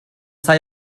sai